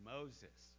Moses